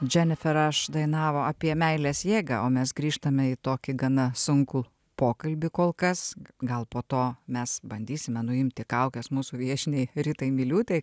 dženifer raš dainavo apie meilės jėgą o mes grįžtame į tokį gana sunkų pokalbį kol kas gal po to mes bandysime nuimti kaukes mūsų viešniai ritai miliūtei